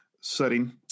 setting